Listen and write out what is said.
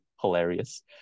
hilarious